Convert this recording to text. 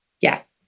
Yes